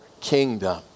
kingdom